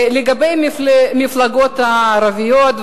לגבי המפלגות הערביות,